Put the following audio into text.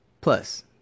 Plus